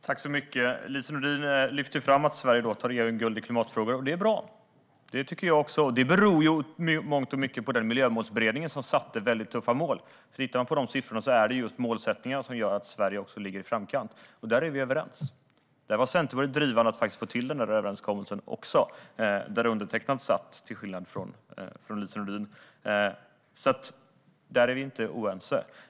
Herr ålderspresident! Lise Nordin lyfter fram att Sverige tar EM-guld i klimatfrågor, och det är bra. Det tycker jag också. Det beror ju i mångt och mycket på den miljömålsberedning som satte väldigt tuffa mål; tittar man på de siffrorna är det just målsättningar som gör att Sverige ligger i framkant. Där är vi överens. Centerpartiet var också drivande i att faktiskt få till den överenskommelsen, där undertecknad satt med - till skillnad från Lise Nordin. Där är vi alltså inte oense.